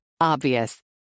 Obvious